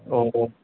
औ